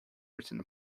written